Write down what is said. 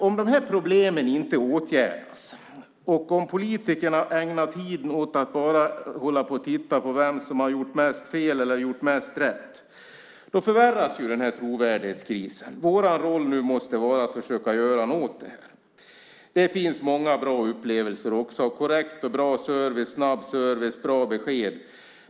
Om de här problemen inte åtgärdas och om politikerna ägnar tiden åt att bara hålla på och titta på vem som har gjort mest fel eller mest rätt förvärras trovärdighetskrisen. Vår roll måste vara att försöka göra något åt det här. Det finns också många bra upplevelser av korrekt, bra och snabb service och bra besked.